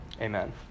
Amen